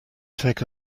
take